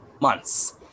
months